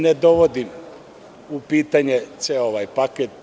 Ne dovodim u pitanje ceo ovaj paket.